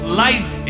life